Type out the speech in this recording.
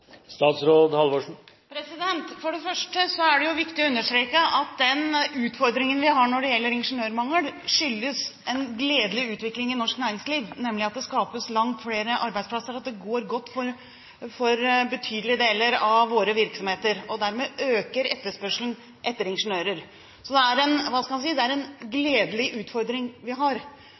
For det første er det viktig å understreke at den utfordringen vi har når det gjelder ingeniørmangel, skyldes en gledelig utvikling i norsk næringsliv, nemlig at det skapes langt flere arbeidsplasser, at det går godt for betydelige deler av våre virksomheter, og dermed øker etterspørselen etter ingeniører. Så det er – hva skal jeg si – altså en gledelig utfordring vi har.